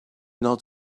not